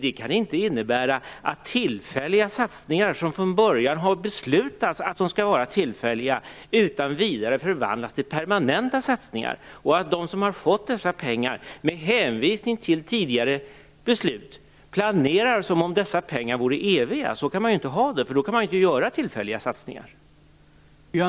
Detta kan dock inte innebära att tillfälliga satsningar, där det från början har beslutats att de skall vara tillfälliga, utan vidare förvandlas till permanenta satsningar och att de som har fått pengar med hänvisning till tidigare beslut planerar som om dessa pengar vore eviga. Så kan man inte ha det. Då kan man ju inte göra tillfälliga satsningar.